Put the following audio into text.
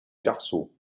garçons